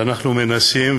ואנחנו מנסים,